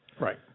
right